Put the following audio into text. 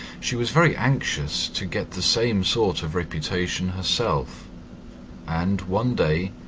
she was very anxious to get the same sort of reputation herself and, one day,